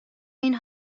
این